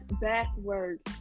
backwards